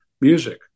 music